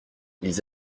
ils